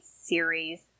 series